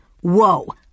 Whoa